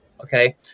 okay